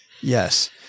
Yes